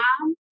mom